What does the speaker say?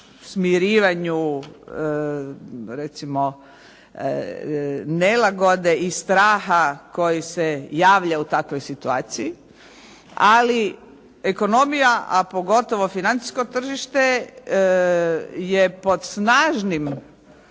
smirivanju recimo nelagode i straha koji se javlja u takvoj situaciji, ali ekonomija, a pogotovo financijsko tržište je pod snažnim